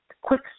quick